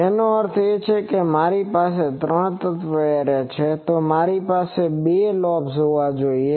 જેનો અર્થ છે કે મારી પાસે ત્રણ તત્વ એરે છે તો મારી પાસે બે લોબ્સ હોવા જોઈએ